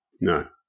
No